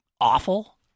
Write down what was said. awful